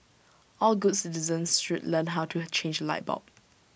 all good citizens should learn how to change A light bulb